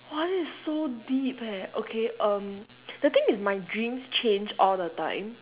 !wah! this is so deep eh okay um the thing is my dreams change all the time